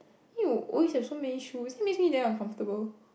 you always have so many shoes it makes me damn uncomfortable